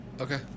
Okay